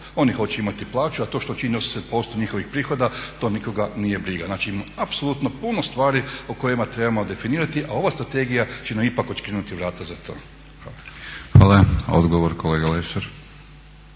Oni hoće imati plaću, a to što čine … prihoda to nikoga nije briga. Znači apsolutno puno stvari po kojima trebamo definirati, a ova strategija će nam ipak odškrinuti vrata za to. Hvala. **Batinić,